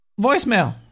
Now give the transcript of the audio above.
Voicemail